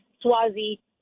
Swazi